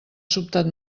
sobtat